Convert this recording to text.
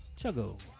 Chuggo